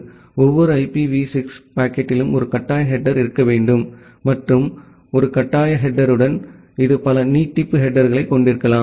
ஒவ்வொரு ஐபிவி 6 பாக்கெட்டிலும் ஒரு கட்டாய ஹெடேர் இருக்க வேண்டும் மற்றும் ஒரு கட்டாய ஹெடேர்டன் இது பல நீட்டிப்பு ஹெடேர்களைக் கொண்டிருக்கலாம்